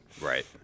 Right